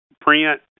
print